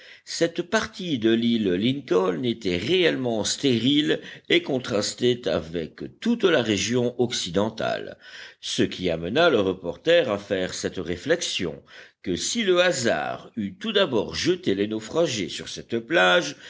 cette partie de l'île lincoln était réellement stérile et contrastait avec toute la région occidentale ce qui amena le reporter à faire cette réflexion que si le hasard eût tout d'abord jeté les naufragés sur cette plage